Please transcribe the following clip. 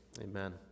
amen